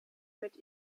mit